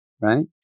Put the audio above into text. right